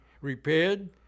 repaired